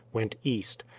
went east,